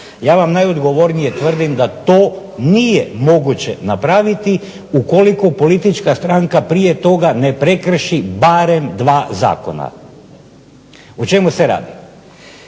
Ja vam najodgovornije tvrdim da to nije moguće napraviti ukoliko politička stranka prije toga ne prekrši barem dva zakona. O čemu se radi.